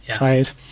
Right